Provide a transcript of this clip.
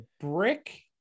Brick